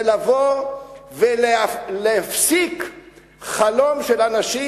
זה לבוא ולהפסיק חלום של אנשים,